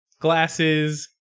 glasses